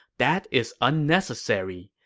that is unnecessary.